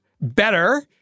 better